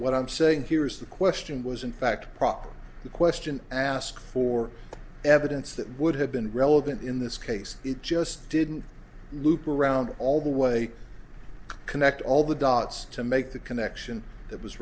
what i'm saying here is the question was in fact proper the question asked for evidence that would have been relevant in this case it just didn't loop around all the way connect all the dots to make the connection that was